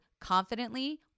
confidently